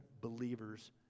believers